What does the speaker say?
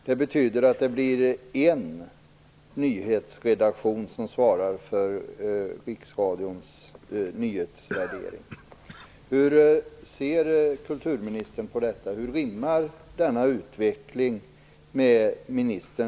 Det betyder att det blir en nyhetsredaktion som svarar för